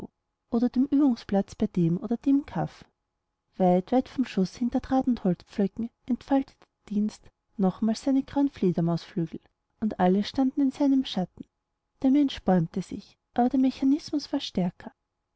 oder dem übungsplatz bei dem oder dem kaff weit weit vom schuß hinter draht und holzpflöcken entfaltete der dienst nochmals seine grauen fledermausflügel und alle standen in seinem schatten der mensch bäumte sich aber der mechanismus war stärker